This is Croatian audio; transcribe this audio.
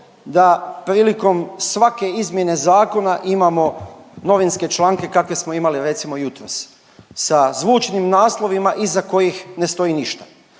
da prilikom svake izmjene zakona imamo novinske članke kakve smo imali recimo jutros sa zvučnim naslovima iza kojih ne stoji ništa.